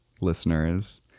listeners